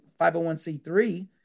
501c3